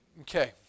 Okay